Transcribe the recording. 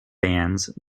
bands